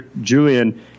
Julian